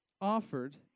offered